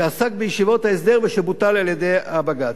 שעסק בישיבות ההסדר ושבוטל על-ידי הבג"ץ.